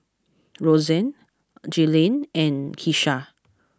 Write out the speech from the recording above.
Rozanne Jailene and Kesha